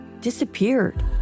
disappeared